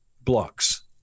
blocks